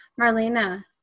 Marlena